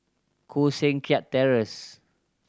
Koh Seng Kiat Terence